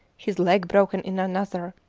his leg broken in another,